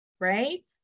right